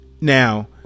Now